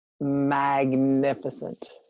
magnificent